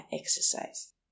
exercise